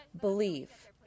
believe